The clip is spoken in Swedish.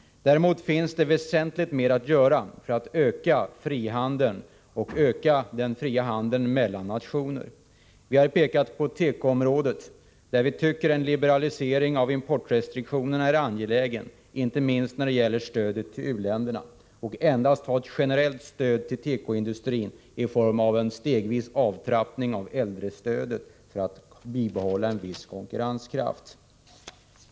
Däremot kan väsentligt mera göras för att öka frihandeln, den fria handeln mellan nationer. Vi har pekat på tekoområdet, där en liberalisering av importrestriktionerna enligt vår mening är angelägen — inte minst när det gäller stödet till u-länderna. Det behövs endast ett generellt stöd till tekoindustrin, i form av en stegvis avtrappning av äldrestödet, för att en viss konkurrenskraft skall kunna bibehållas.